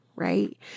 Right